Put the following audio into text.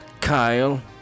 Kyle